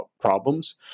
problems